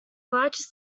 largest